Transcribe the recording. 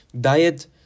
diet